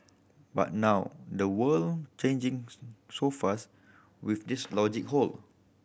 but now the world changing so fast with this logic hold